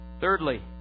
Thirdly